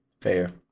Fair